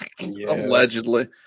Allegedly